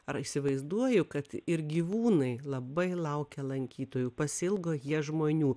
ar įsivaizduoju kad ir gyvūnai labai laukia lankytojų pasiilgo jie žmonių